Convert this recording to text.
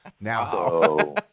Now